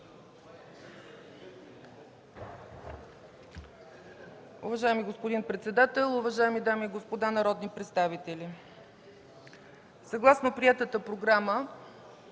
Уважаеми господин председател, уважаеми дами и господа народни представители! Съгласно приетата Програма